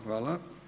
Hvala.